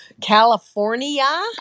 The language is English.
California